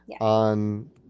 On